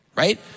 Right